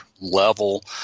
level